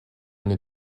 une